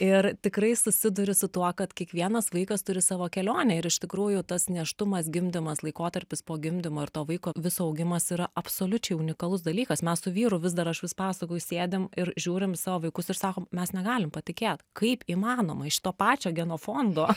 ir tikrai susiduri su tuo kad kiekvienas vaikas turi savo kelionę ir iš tikrųjų tas nėštumas gimdamas laikotarpis po gimdymo ir to vaiko viso augimas yra absoliučiai unikalus dalykas mes su vyru vis dar aš vis pasakoju sėdim ir žiūrim į savo vaikus ir sakom mes negalim patikėt kaip įmanoma iš to pačio genofondo